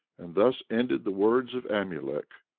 and thus ended the words of amulek,